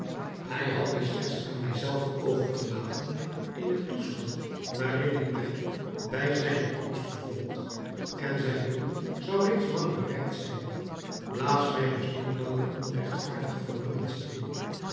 hij had mij slechts aan mij zelven over te laten in den toestand waarin ik mij bij zijne komst bevond en zijn doel zou reeds lang bereikt zijn blaas mij dus niet langer onregtvaardige vermoedens in